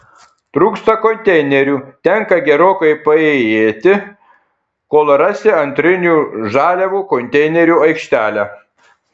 trūksta konteinerių tenka gerokai paėjėti kol rasi antrinių žaliavų konteinerių aikštelę